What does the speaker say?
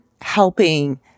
helping